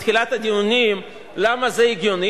בתחילת הדיונים למה זה הגיוני,